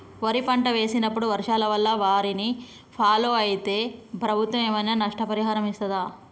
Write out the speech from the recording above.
వరి పంట వేసినప్పుడు వర్షాల వల్ల వారిని ఫాలో అయితే ప్రభుత్వం ఏమైనా నష్టపరిహారం ఇస్తదా?